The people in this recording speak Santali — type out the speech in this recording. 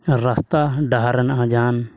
ᱨᱟᱥᱛᱟ ᱰᱟᱦᱟᱨ ᱨᱮᱱᱟᱜ ᱦᱚᱸ ᱡᱟᱦᱟᱱ